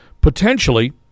potentially